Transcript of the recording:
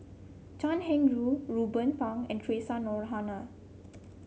Chan Heng Chee Ruben Pang and Theresa Noronha